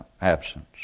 absence